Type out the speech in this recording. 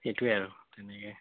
সেইটোৱে আৰু তেনেকৈ